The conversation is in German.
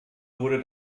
wurde